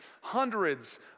Hundreds